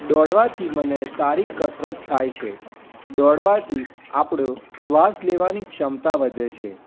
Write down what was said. દોડવાથી મને સારી કસરત થાય છે દોડવાથી આપણી શ્વાસ લેવાની ક્ષમતા વધે છે